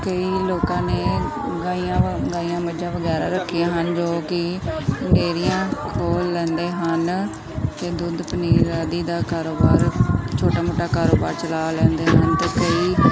ਕਈ ਲੋਕਾਂ ਨੇ ਗਾਈਆਂ ਵਾਂ ਗਾਈਆਂ ਮੱਝਾਂ ਵਗੈਰਾ ਰੱਖੀਆਂ ਹਨ ਜੋ ਕਿ ਡੇਅਰੀਆਂ ਖੋਲ੍ਹ ਲੈਂਦੇ ਹਨ ਅਤੇ ਦੁੱਧ ਪਨੀਰ ਆਦਿ ਦਾ ਕਾਰੋਬਾਰ ਛੋਟਾ ਮੋਟਾ ਕਾਰੋਬਾਰ ਚਲਾ ਲੈਂਦੇ ਹਨ ਅਤੇ ਕਈ